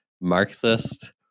Marxist